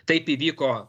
taip įvyko